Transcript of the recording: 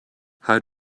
how